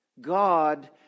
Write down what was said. God